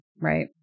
right